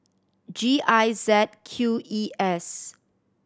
G I Z Q E S